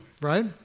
right